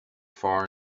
far